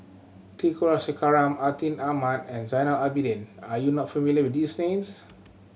T Kulasekaram Atin Amat and Zainal Abidin are you not familiar with these names